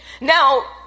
Now